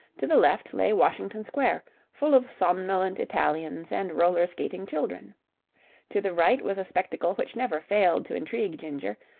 to the left lay washington square, full of somnolent italians and roller-skating children to the right was a spectacle which never failed to intrigue ginger,